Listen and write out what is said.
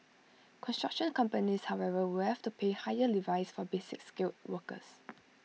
construction companies however will have to pay higher levies for basic skilled workers